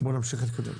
בואו נמשיך להתקדם.